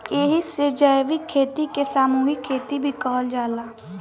एही से जैविक खेती के सामूहिक खेती भी कहल जाला